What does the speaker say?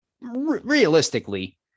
realistically